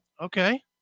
Okay